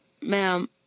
ma'am